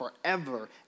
forever